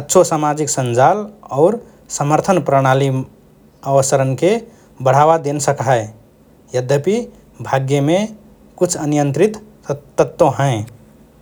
अच्छो सामाजिक सञ्जाल और समर्थन प्रणाली अवसरन्के बढावा देन सक्हए । यद्यपि भाग्यमे कुछ अनियन्त्रित तत्व हएँ ।